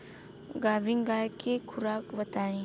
गाभिन गाय के खुराक बताई?